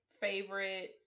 Favorite